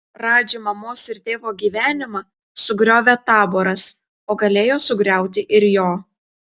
radži mamos ir tėvo gyvenimą sugriovė taboras o galėjo sugriauti ir jo